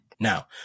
Now